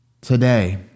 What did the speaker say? Today